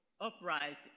uprising